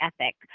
ethic